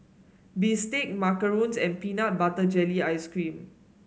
bistake macarons and Peanut Butter Jelly Ice cream